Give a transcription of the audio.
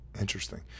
interesting